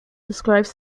describes